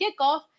kickoff